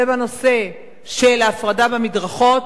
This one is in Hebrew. ובנושא של ההפרדה במדרכות,